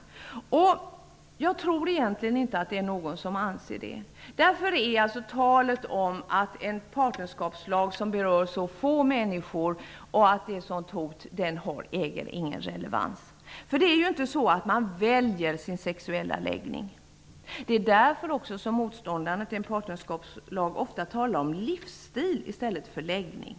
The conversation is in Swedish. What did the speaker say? Men jag tror egentligen inte att någon anser det. Därför äger talet om att en partnerskapslag är ett stort hot, en lag som rör så få människor, ingen relevans. Ingen människa väljer ju sin sexuella läggning. Det är därför som motståndarna till en partnerskapslag ofta talar om livsstil i stället för läggning.